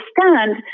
understand